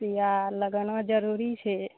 सुइया लगाना जरूरी छै